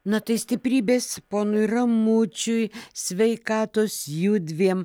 na tai stiprybės ponui ramučiui sveikatos judviem